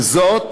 וזאת